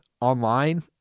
online